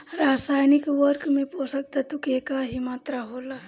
रसायनिक उर्वरक में पोषक तत्व के की मात्रा होला?